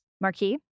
marquee